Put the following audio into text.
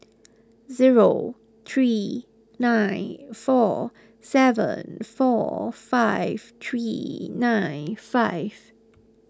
zero three nine four seven four five three nine five